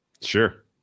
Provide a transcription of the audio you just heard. Sure